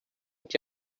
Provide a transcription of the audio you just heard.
que